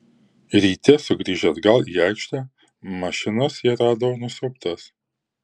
ryte sugrįžę atgal į aikštę mašinas jie rado nusiaubtas